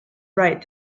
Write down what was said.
right